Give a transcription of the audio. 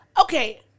okay